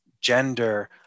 gender